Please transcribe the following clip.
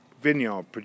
vineyard